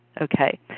Okay